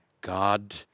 God